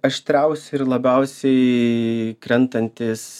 aštriausi ir labiausiai krentantys